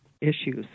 issues